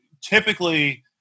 Typically